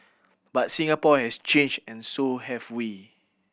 but Singapore is changed and so have we